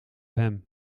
hem